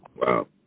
Wow